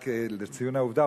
רק לציון העובדה,